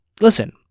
listen